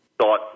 thought